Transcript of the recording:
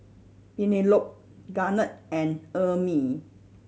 Penelope Garnett and Ermine